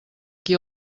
qui